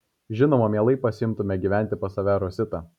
žinoma mielai pasiimtume gyventi pas save rositą